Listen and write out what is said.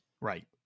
Right